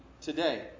today